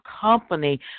company